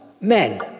men